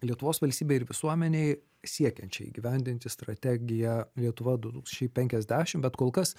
lietuvos valstybėj ir visuomenėj siekiančiai įgyvendinti strategiją lietuva du tūkstančiai penkiasdešim bet kol kas